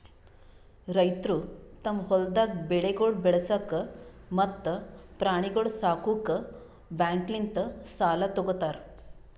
ರೈತುರು ತಮ್ ಹೊಲ್ದಾಗ್ ಬೆಳೆಗೊಳ್ ಬೆಳಸಾಕ್ ಮತ್ತ ಪ್ರಾಣಿಗೊಳ್ ಸಾಕುಕ್ ಬ್ಯಾಂಕ್ಲಿಂತ್ ಸಾಲ ತೊ ಗೋತಾರ್